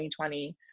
2020